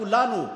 כולנו,